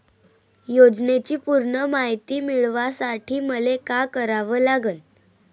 योजनेची पूर्ण मायती मिळवासाठी मले का करावं लागन?